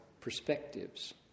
perspectives